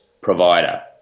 provider